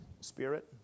Spirit